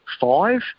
five